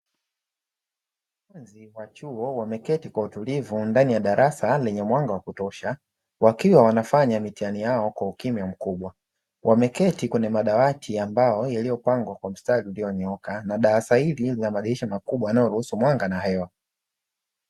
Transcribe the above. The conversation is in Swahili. Wanafunzi wa chuo wameketi kwa utulivu ndani ya darasa lenye mwanga wa kutosha, wakiwa wanafanya mitihani yao kwa ukimya mkubwa, wameketi kwenye madawati ya mbao yaliyopangwa kwa mstari ulionyooka na darasa hili lina madirisha makubwa yanayoruhusu mwanga na hewa.